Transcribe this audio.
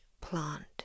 plant